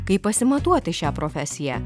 kaip pasimatuoti šią profesiją